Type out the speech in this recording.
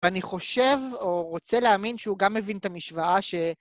ואני חושב או רוצה להאמין שהוא גם מבין את המשוואה ש...